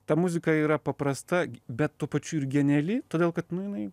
ta muzika yra paprasta bet tuo pačiu ir geniali todėl kad nu jinai